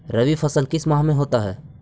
रवि फसल किस माह में होता है?